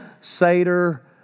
Seder